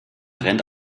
rennt